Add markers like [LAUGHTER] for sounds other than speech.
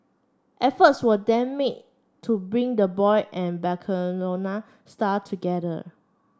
efforts were then made to bring the boy and the [UNINTELLIGIBLE] star together